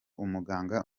umuganga